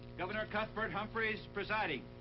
governor cuthbert humphreys presiding.